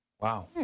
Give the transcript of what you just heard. Wow